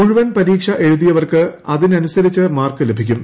മുഴുവൻ പരീക്ഷ എഴുതിയവർക്ക് അതിനനുസരിച്ച് മാർക്ക് ലഭിക്കും